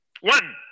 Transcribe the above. One